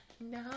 no